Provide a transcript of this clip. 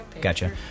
gotcha